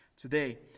today